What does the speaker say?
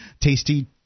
tasty